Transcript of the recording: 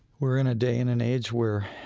we're in a day and an age where,